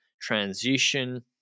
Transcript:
Transition